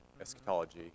eschatology